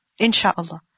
inshaAllah